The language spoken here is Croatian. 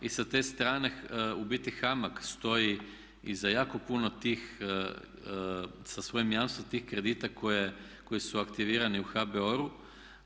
I sa te strane u biti HAMAG stoji iza jako puno tih sa svojim jamstvom tih kredita koji su aktivirani u HBOR-u.